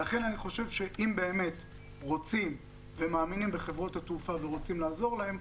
לכן אני חושב שאם באמת רוצים ומאמינים בחברות התעופה ורוצים לעזור להן,